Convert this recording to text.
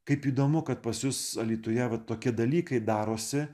kaip įdomu kad pas jus alytuje va tokie dalykai darosi